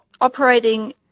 operating